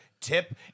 tip